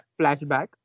flashback